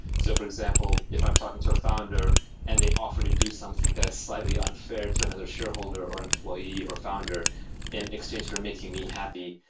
so for example, if i'm talking to a founder and they offer to do something that is slightly unfair to another shareholder or employee or founder in exchange for making me happy,